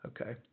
Okay